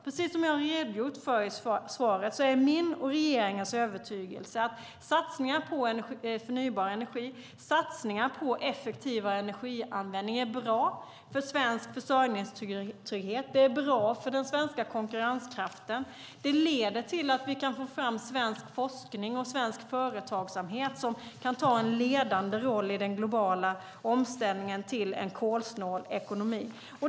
Precis som jag har redogjort för i svaret är min och regeringens övertygelse att satsningar på förnybar energi och satsningar på effektivare energianvändning är bra för svensk försörjningstrygghet och bra för den svenska konkurrenskraften. Det leder till att vi kan få fram svensk forskning och svenskt företagsamhet som kan ta en ledande roll i den globala omställningen till en kolsnål ekonomi.